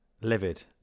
Livid